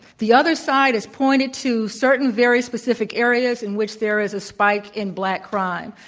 the other side has pointed to certain very specific areas in which there is a spike in black crime.